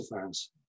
fans